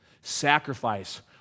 Sacrifice